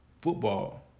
football